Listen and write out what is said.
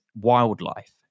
wildlife